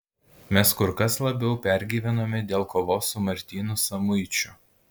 mes kur kas labiau pergyvenome dėl kovos su martynu samuičiu